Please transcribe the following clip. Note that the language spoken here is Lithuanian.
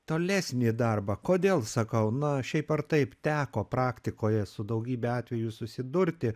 tolesnį darbą kodėl sakau na šiaip ar taip teko praktikoje su daugybe atvejų susidurti